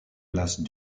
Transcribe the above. place